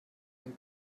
den